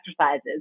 exercises